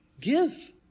Give